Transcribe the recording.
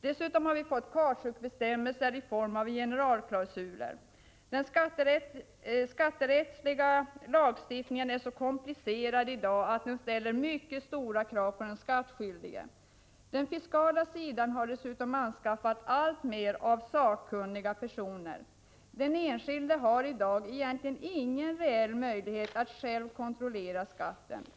Dessutom har vi fått kautschukbestämmelser i form av generalklausuler. Den skatterättsliga lagstiftningen är så komplicerad i dag att den ställer mycket stora krav på den skattskyldige. Den fiskala sidan har dessutom skaffat alltmer av sakkunniga personer. Den enskilde har i dag egentligen ingen reell möjlighet att själv kontrollera skatten.